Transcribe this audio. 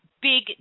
big